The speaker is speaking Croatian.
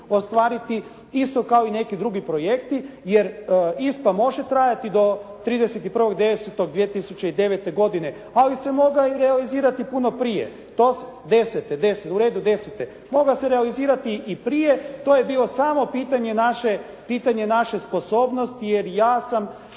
ostvariti isto kao i neki drugi projekti. Jer, ISPA može trajati do 31.10.2009. godine, ali se mogla realizirati i puno prije. Desete, u redu desete. Mogla se realizirati i prije. To je bilo samo pitanje naše sposobnosti, jer ja sam